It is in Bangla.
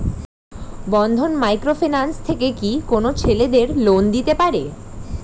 বন্ধন মাইক্রো ফিন্যান্স থেকে কি কোন ছেলেদের লোন দিতে পারে?